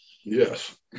Yes